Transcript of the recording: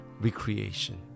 recreation